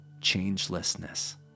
changelessness